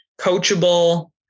coachable